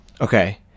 Okay